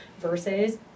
versus